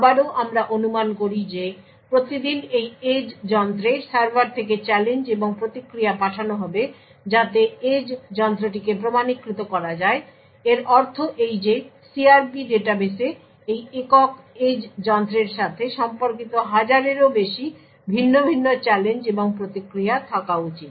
আবারও আমরা অনুমান করি যে প্রতিদিন এই এজ যন্ত্রে সার্ভার থেকে চ্যালেঞ্জ এবং প্রতিক্রিয়া পাঠানো হবে যাতে এজ যন্ত্রটিকে প্রমাণীকৃত করা যায় এর অর্থ এই যে CRP ডাটাবেসে এই একক এজ যন্ত্রের সাথে সম্পর্কিত হাজারেরও বেশি ভিন্ন ভিন্ন চ্যালেঞ্জ এবং প্রতিক্রিয়া থাকা উচিত